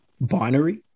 binary